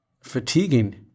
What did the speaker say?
fatiguing